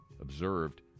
observed